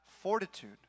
fortitude